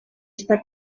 està